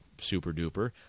super-duper